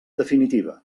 definitiva